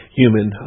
human